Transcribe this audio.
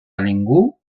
ningú